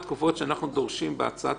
אז אנחנו נתכנס כדי להוריד את זה.